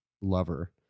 lover